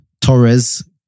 Torres